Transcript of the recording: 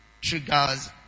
triggers